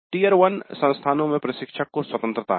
Tier 1 संस्थानों में प्रशिक्षक को स्वतंत्रता है